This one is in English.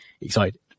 excited